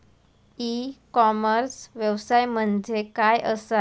E commerce व्यवसाय म्हणजे काय असा?